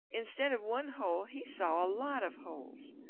instead of one hole he saw a lot of holes,